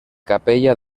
capella